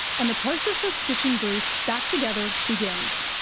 and the process of stitching bruce back together begins.